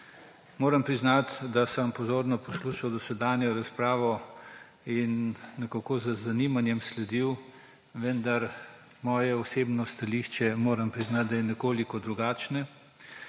Moram priznati, da sem pozorno poslušal dosedanjo razpravo in nekako z zanimanjem sledil, vendar moje osebno stališče, moram priznati, da je nekoliko drugačno.